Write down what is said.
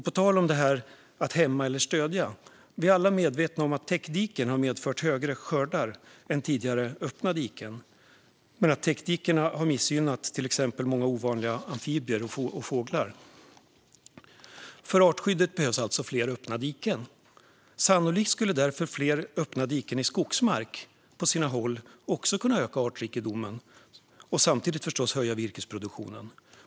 På tal om att hämma eller stödja är vi alla medvetna om att täckdiken har medfört större skördar än tidigare öppna diken men att täckdikena har missgynnat till exempel många ovanliga amfibier och fåglar. För artskyddet behövs alltså fler öppna diken. Sannolikt skulle därför fler öppna diken i skogsmark på sina håll också kunna öka artrikedomen och samtidigt förstås höja virkesproduktionen.